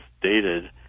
dated